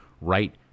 right